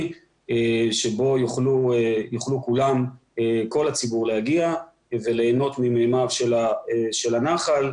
אליו כל הציבור יוכל להגיע וליהנות ממימיו של הנחל,